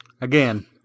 Again